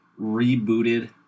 rebooted